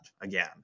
again